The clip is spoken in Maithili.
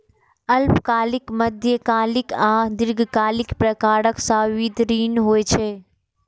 अल्पकालिक, मध्यकालिक आ दीर्घकालिक प्रकारक सावधि ऋण होइ छै